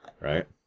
right